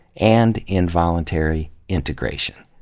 and involuntary integration.